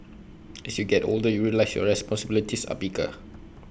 as you get older you realise your responsibilities are bigger